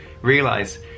realize